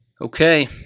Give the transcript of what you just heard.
Okay